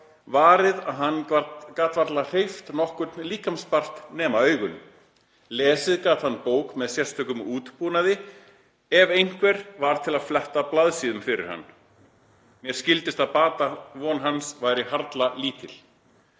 varið að hann gat varla hreyft nokkurn líkamspart nema augun. Lesið gat hann bók með sérstökum útbúnaði ef einhver var til að fletta blaðsíðunum fyrir hann. Mér skildist að batavon hans væri harla lítil.